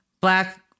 Black